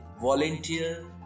volunteer